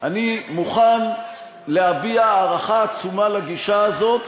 ואני מוכן להביע הערכה עצומה לגישה הזאת,